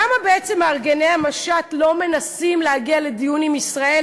למה בעצם מארגני המשט לא מנסים להגיע לדיון עם ישראל